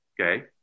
okay